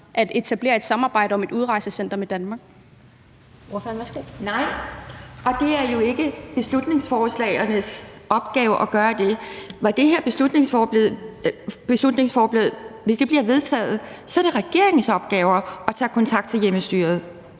Ordføreren, værsgo. Kl. 14:48 Pia Kjærsgaard (DF): Nej, og det er jo ikke beslutningsforslagets opgave at gøre det. Hvis det her beslutningsforslag bliver vedtaget, er det regeringens opgave at tage kontakt til hjemmestyret.